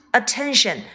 attention